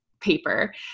paper